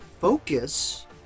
focus